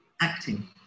acting